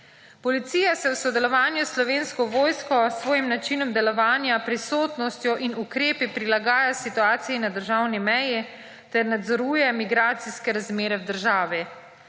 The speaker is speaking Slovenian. Policija se v sodelovanju s Slovensko vojsko s svojim načinom delovanja, prisotnostjo in ukrepi prilagaja situaciji na državni meji, ter nadzoruje migracijske razmere v državi.